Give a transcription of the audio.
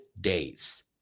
days